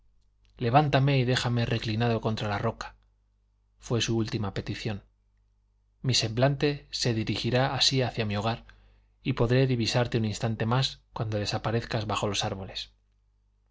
levántame y déjame reclinado contra la roca fué su última petición mi semblante se dirigirá así hacia mi hogar y podré divisarte un instante más cuando desaparezcas bajo los árboles